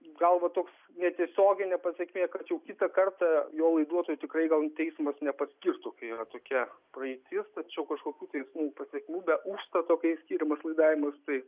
gal va toks netiesioginė pasekmė kad jau kitą kartą jo laiduotoju tikrai gal teismas nepaskirtų kai yra tokia praeitis tačiau kažkokių tai pasekmių be užstato kai skiriamas laidavimas tai